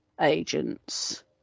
agents